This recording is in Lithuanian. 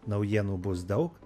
naujienų bus daug